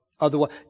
otherwise